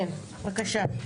כן, בבקשה.